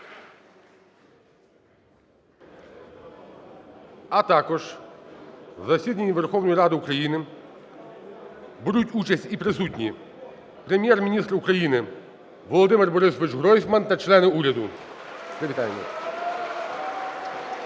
А також у засіданні Верховної Ради України беруть участь і присутні Прем'єр-міністр України Володимир Борисович Гройсман та члени уряду.